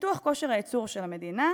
פיתוח כושר הייצור של המדינה,